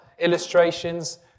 illustrations